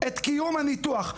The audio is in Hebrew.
את קיום הניתוח.